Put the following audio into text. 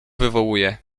wywołuje